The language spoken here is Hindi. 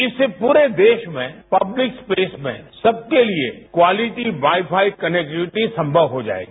इससे पूरे देश में पब्लिक स्पेस में सबसे लिए क्वालिटी वाईफाई कनेक्टिविटी संभव हो जाएगी